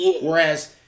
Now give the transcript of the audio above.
Whereas